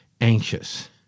anxious